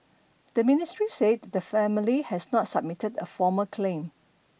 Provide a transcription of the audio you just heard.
the ministry said the family has not submitted a formal claim